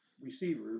receiver